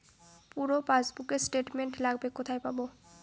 পুরো পাসবুকের স্টেটমেন্ট লাগবে কোথায় পাব?